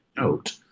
note